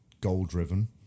goal-driven